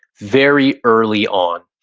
very early on.